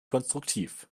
konstruktiv